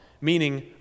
meaning